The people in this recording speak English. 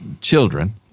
children